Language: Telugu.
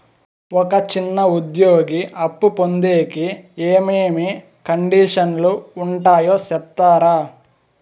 ఒక చిన్న ఉద్యోగి అప్పు పొందేకి ఏమేమి కండిషన్లు ఉంటాయో సెప్తారా?